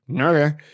Okay